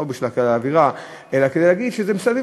לא בשביל להקל את האווירה אלא כדי להגיד שמסביב